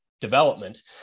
development